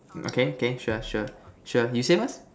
okay K sure sure sure you say first